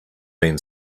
been